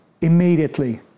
Immediately